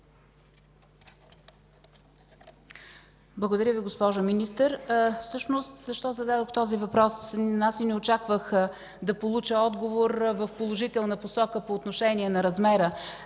Благодаря, госпожо Министър. Защо зададох този въпрос? Аз и не очаквах да получа отговор в положителна посока по отношение на размера